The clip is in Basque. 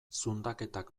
zundaketak